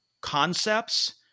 concepts